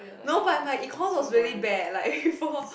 no but my econs was really bad like before